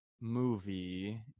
movie